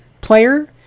player